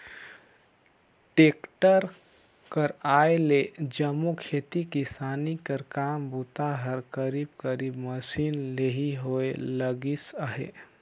tractor कर आए ले जम्मो खेती किसानी कर काम बूता हर करीब करीब मसीन ले ही होए लगिस अहे